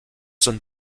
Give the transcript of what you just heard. sont